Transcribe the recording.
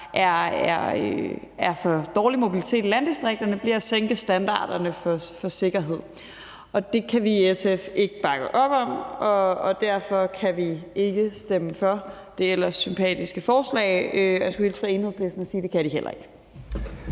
er for dårlig mobilitet i landdistrikterne, bliver at sænke standarderne for sikkerhed. Det kan vi i SF ikke bakke op om, og derfor kan vi ikke stemme for det ellers sympatiske forslag, og jeg skulle hilse fra Enhedslisten og sige, at det kan de heller ikke.